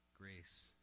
grace